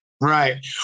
Right